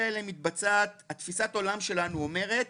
תפיסת העולם שלנו אומרת,